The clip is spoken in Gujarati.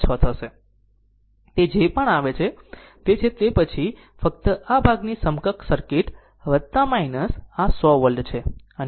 તે જે પણ આવે છે તે છે અને તે પછી ફક્ત આ ભાગની સમકક્ષ સર્કિટ આ 100 વોલ્ટ છે અને આ તે અવરોધ છે